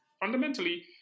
fundamentally